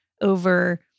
over